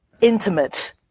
intimate